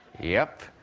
yep.